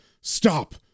stop